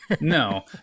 No